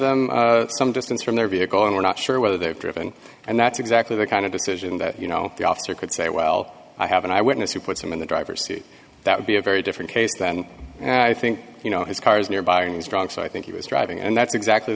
them some distance from their vehicle and we're not sure whether they've driven and that's exactly the kind of decision that you know the officer could say well i have an eyewitness who puts him in the driver's seat that would be a very different case than and i think you know his car is nearby and he's drunk so i think he was driving and that's exactly